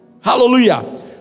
Hallelujah